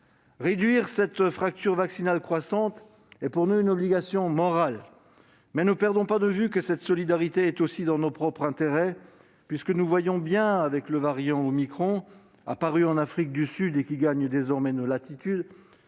Réduire cette fracture vaccinale croissante est une obligation morale, mais ne perdons pas de vue que cette solidarité va aussi dans le sens de notre propre intérêt, puisque nous voyons bien, avec le variant omicron, qui est apparu en Afrique du Sud et qui gagne désormais nos latitudes,